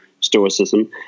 stoicism